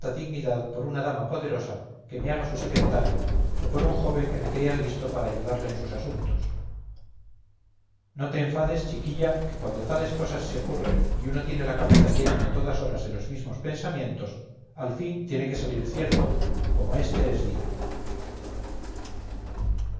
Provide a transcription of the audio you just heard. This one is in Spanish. dignidad por una dama poderosa que me haga su secretario o por un joven que me crea listo para ayudarle en sus asuntos no te enfades chiquilla que cuando tales cosas se ocurren y uno tiene la cabeza llena a todas horas de los mismos pensamientos al fin tiene que salir cierto como éste es día